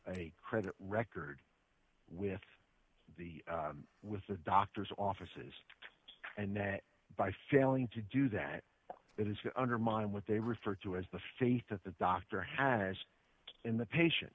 a credit record with the with the doctors offices and that by failing to do that it is to undermine what they refer to as the faith of the doctor has in the patient